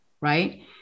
right